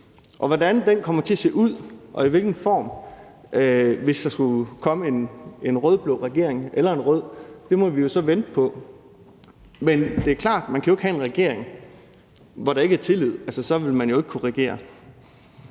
Og hvordan den kommer til at se ud og i hvilken form, hvis der skulle komme en rød-blå-regering eller en rød, må vi så vente og se. Men det er klart, at man ikke kan have en regering, hvor der ikke er tillid, for så ville man jo ikke kunne regere.